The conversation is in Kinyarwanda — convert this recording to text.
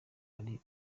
ari